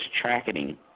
tracking